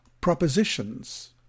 propositions